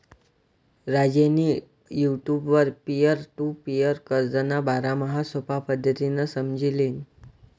राजेंनी युटुबवर peer to peer कर्जना बारामा सोपा पद्धतीनं समझी ल्हिनं